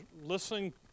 listening